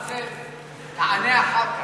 באסל, תענה אחר כך.